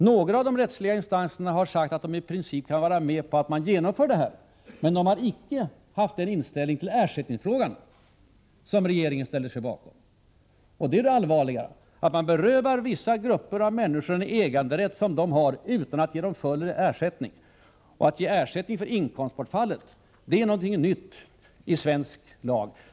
Några av de rättsliga instanserna har sagt att de i princip kan gå med på det här förslaget, men de har icke haft den inställning till ersättningsfrågan som regeringen ställer sig bakom. Och det är den som är det allvarliga. Man berövar vissa grupper av människor en äganderätt som de har utan att ge dem full ersättning. Att ge ersättning för inkomstbortfallet är något nytt i svensk lag.